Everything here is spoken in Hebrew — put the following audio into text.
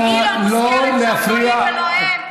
היא לא מוזכרת שם, לא היא ולא הם.